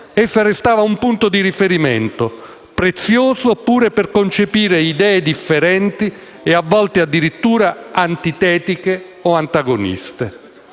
essa restava un punto di riferimento, prezioso pure per concepire idee differenti e a volte addirittura antitetiche o antagoniste.